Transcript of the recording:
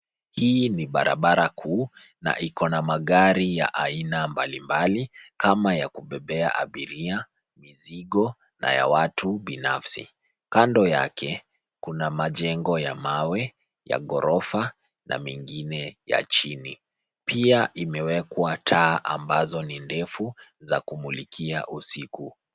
Hii ni barabara kuu na ikona magari ya aina mbalimbali kama ya kubeba abiria, mizigo na ya watu binafsi. Kando yake, kuna majengo ya mawe, ya ghorofa na mengine ya chini. Pia imewekwa taa ambazo ni ndefu za kumulikia usiku.